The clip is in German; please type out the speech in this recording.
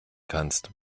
kannst